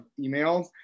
emails